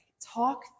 talk